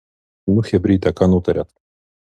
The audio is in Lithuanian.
nu chebryte ką nutarėt